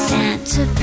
Santa